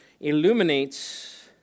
illuminates